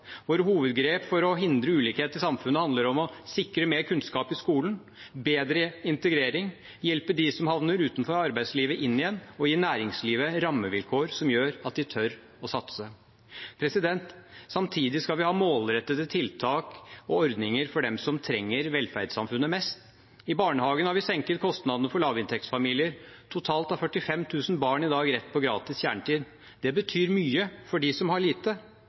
hovedgrep for å hindre ulikhet i samfunnet handler om å sikre mer kunnskap i skolen, bedre integrering, å hjelpe dem som havner utenfor arbeidslivet, inn igjen og å gi næringslivet rammevilkår som gjør at de tør å satse. Samtidig skal vi ha målrettede tiltak og ordninger for dem som trenger velferdssamfunnet mest. I barnehagene har vi senket kostnadene for lavinntektsfamilier. Totalt har 45 000 barn i dag rett på gratis kjernetid. Det betyr mye for dem som har lite.